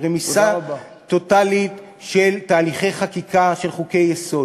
רמיסה טוטלית של תהליכי חקיקה של חוקי-יסוד.